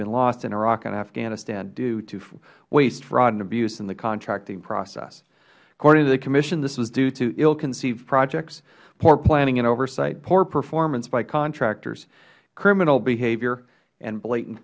been lost in iraq and afghanistan due to waste fraud and abuse in the contracting process according to the commission this was due to ill conceived projects poor planning and oversight poor performance by contractors criminal behavior and blatant